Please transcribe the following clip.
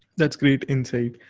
that's great insight.